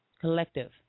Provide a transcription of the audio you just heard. collective